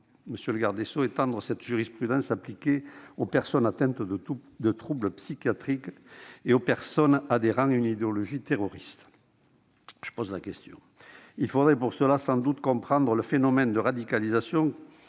Monsieur le garde des sceaux, comment étendre cette jurisprudence appliquée aux personnes atteintes de troubles psychiatriques aux personnes adhérant à une idéologie terroriste ? Je pose la question. Il faudrait pour cela comprendre le phénomène de radicalisation,